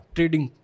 Trading